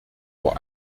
vor